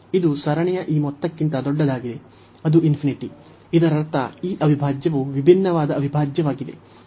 ಇದು ಸರಣಿಯ ಈ ಮೊತ್ತಕ್ಕಿಂತ ದೊಡ್ಡದಾಗಿದೆ ಅದು ಇದರರ್ಥ ಈ ಅವಿಭಾಜ್ಯವು ವಿಭಿನ್ನವಾದ ಅವಿಭಾಜ್ಯವಾಗಿದೆ